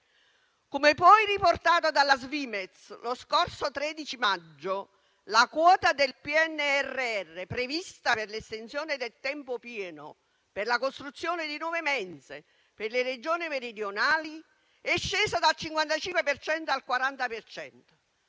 Come poi riportato dalla Svimez lo scorso 13 maggio, la quota del PNRR prevista per l'estensione del tempo pieno e per la costruzione di nuovi mense nelle Regioni meridionali è scesa dal 55 al 40